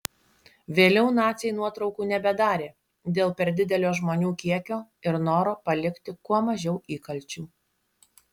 vėliau naciai nuotraukų nebedarė dėl per didelio žmonių kiekio ir noro palikti kuo mažiau įkalčių